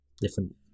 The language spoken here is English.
different